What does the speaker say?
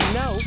no